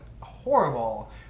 horrible